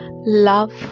Love